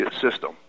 system